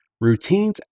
routines